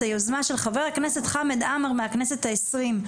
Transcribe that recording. היוזמה של חבר הכנסת חמד עמאר מהכנסת ה-20,